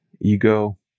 Ego